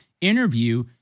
interview